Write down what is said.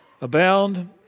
abound